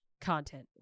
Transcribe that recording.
content